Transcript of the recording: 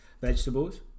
vegetables